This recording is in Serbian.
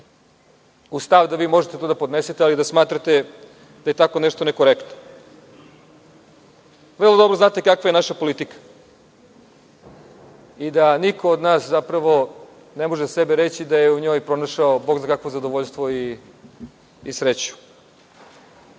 uz stav da vi to možete da podnesete, ali da smatrate da je tako nešto nekorektno. Vrlo dobro znate kakva je naša politika i da niko od nas zapravo ne može za sebe reći da je u njoj pronašao bog zna kakvo zadovoljstvo i sreću. Meni